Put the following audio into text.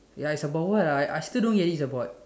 ya it's about what ah I I still don't get it's about what